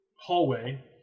hallway